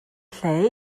lle